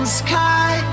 sky